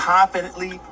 Confidently